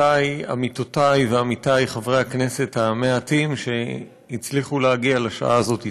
עמיתותיי ועמיתיי חברי הכנסת המעטים שהצליחו להגיע לשעה הזאת איתנו,